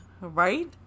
Right